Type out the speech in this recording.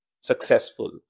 successful